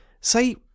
say